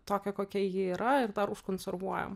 tokią kokia ji yra ir dar užkonservuojam